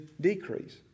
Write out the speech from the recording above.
decrease